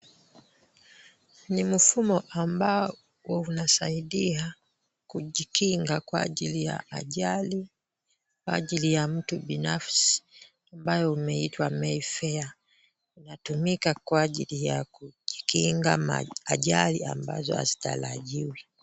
Ni mfumo ambao unasaidia kujikinga kwa ajili ya ajali, ajili ya mtu binafsi ambayo umeitwa Mayfair. Inatumika kwa ajili ya kujikinga ajali ambazo hazitarajiwi.